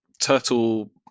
turtle